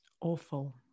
Awful